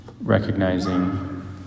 recognizing